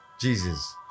Jesus